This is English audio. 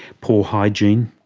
poor hygiene,